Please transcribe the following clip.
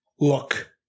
look